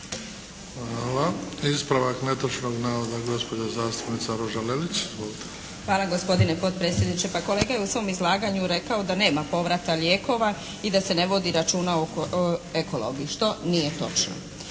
Hvala. Ispravak netočnog navoda gospođa zastupnica Ruža Lelić. Izvolite. **Lelić, Ruža (HDZ)** Hvala gospodine potpredsjedniče. Pa kolega je u svom izlaganju rekao da nema povrata lijekova i da se ne vodi računa o ekologiji što nije točno.